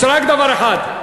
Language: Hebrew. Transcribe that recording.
יש רק דבר אחד.